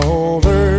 over